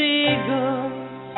eagles